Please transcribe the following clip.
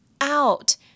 out